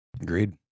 Agreed